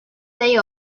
day